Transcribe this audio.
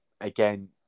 again